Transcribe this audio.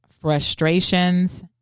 frustrations